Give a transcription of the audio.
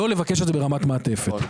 שלא לבקש אותה ברמת מעטפת.